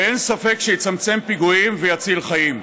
ואין ספק שיצמצם פיגועים ויציל חיים.